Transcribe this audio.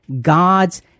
God's